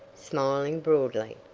smiling broadly.